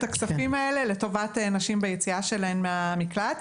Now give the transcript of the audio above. הכספים האלה לטובת נשים ביציאה שלהן מן המקלט.